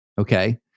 okay